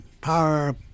power